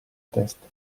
testa